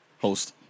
host